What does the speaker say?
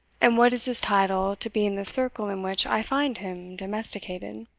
and what is his title to be in the circle in which i find him domesticated?